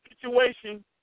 situation